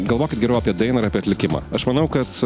galvokit geriau apie dainą ir apie atlikimą aš manau kad